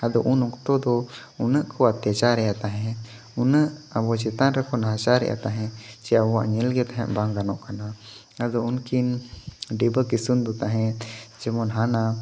ᱟᱫᱚ ᱩᱱ ᱚᱠᱛᱚ ᱫᱚ ᱩᱱᱟᱹᱜ ᱠᱚ ᱚᱛᱛᱟᱪᱟᱨᱮᱫ ᱛᱟᱦᱮᱫ ᱩᱱᱟᱹᱜ ᱟᱵᱚ ᱪᱮᱛᱟᱱ ᱨᱮᱠᱚ ᱱᱟᱦᱟᱪᱟᱨᱮᱫ ᱛᱟᱦᱮᱫ ᱪᱮ ᱟᱵᱚᱣᱟᱜ ᱧᱮᱞ ᱜᱮ ᱛᱟᱦᱮᱫ ᱵᱟᱝ ᱜᱟᱱᱚᱜ ᱠᱟᱱᱟ ᱟᱫᱚ ᱩᱱᱠᱤᱱ ᱰᱤᱵᱟᱹ ᱠᱤᱥᱩᱱ ᱫᱚ ᱛᱟᱦᱮᱫ ᱡᱮᱢᱚᱱ ᱦᱟᱱᱟ